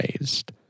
raised